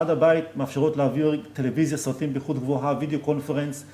‫עד הבית מאפשרות להעביר טלוויזיה, ‫סרטים באיכות גבוהה, וידאו-קונפרנס.